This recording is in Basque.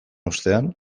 ostean